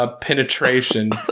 penetration